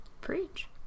preach